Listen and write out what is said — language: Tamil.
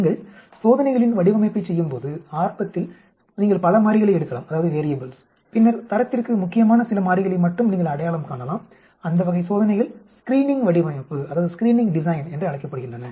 நீங்கள் சோதனைகளின் வடிவமைப்பைச் செய்யும்போது ஆரம்பத்தில் நீங்கள் பல மாறிகளை எடுக்கலாம் பின்னர் தரத்திற்கு முக்கியமான சில மாறிகளை மட்டுமே நீங்கள் அடையாளம் காணலாம் அந்த வகை சோதனைகள் ஸ்கிரீனிங் வடிவமைப்பு என்று அழைக்கப்படுகின்றன